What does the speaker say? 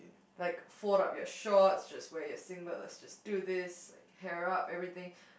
like fold up your shorts just wear your singlet let's just do this like hair up everything